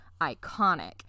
iconic